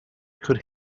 could